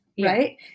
Right